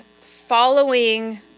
following